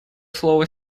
слово